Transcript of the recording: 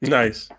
nice